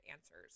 answers